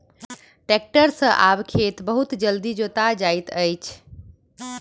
tractor सॅ आब खेत बहुत जल्दी जोता जाइत अछि